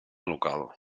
local